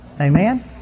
Amen